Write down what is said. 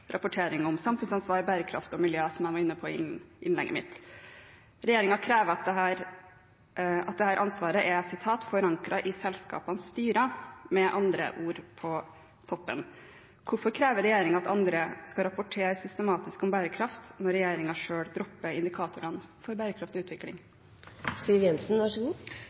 rapportering om samfunnsansvar, bærekraft og miljø, som jeg var inne på i innlegget mitt. Regjeringen krever at dette ansvaret er «forankret i selskapenes styrer», med andre ord: på toppen. Hvorfor krever regjeringen at andre skal rapportere systematisk om bærekraft når regjeringen selv dropper indikatorene for bærekraftig utvikling?